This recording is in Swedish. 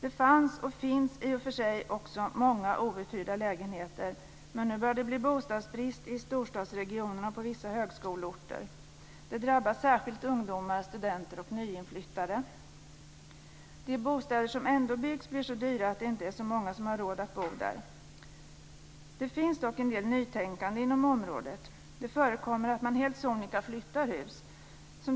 Det fanns och finns i och för sig också många outhyrda lägenheter, men nu börjar det bli bostadsbrist i storstadsregionerna och på vissa högskoleorter. Det drabbar särskilt ungdomar, studenter och nyinflyttade. Det finns dock en del nytänkande inom området. Det förekommer att man helt sonika flyttar hus.